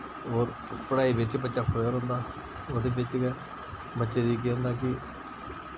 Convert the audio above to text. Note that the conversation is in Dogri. और पढ़ाई बिच बच्चा खोया रौह्नदा ओह्दे बिच गै बच्चे दी केह् होंदा कि